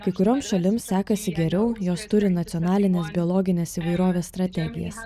kai kurioms šalims sekasi geriau jos turi nacionalines biologinės įvairovės strategijas